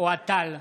אוהד טל,